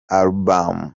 album